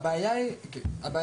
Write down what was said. הבעיה היא שהיום,